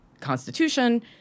constitution